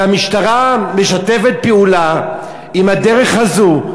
והמשטרה משתפת פעולה עם הדרך הזאת.